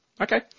Okay